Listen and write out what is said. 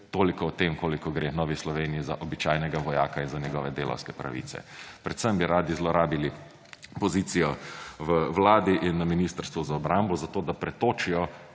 Toliko o tem, koliko gre Novi Sloveniji za običajnega vojaka in za njegove delavske pravice. Predvsem bi radi zlorabili pozicijo v vladi in na Ministrstvu za obrambo, zato da pretočijo,